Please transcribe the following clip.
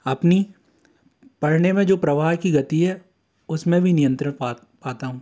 अपनी पढ़ने में जो प्रवाह की गति है उस में भी नियंत्रण पा पाता हूँ